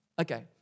Okay